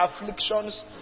afflictions